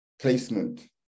placement